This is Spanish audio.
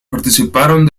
participaron